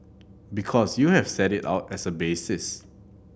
because you have set it out as a basis